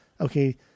okay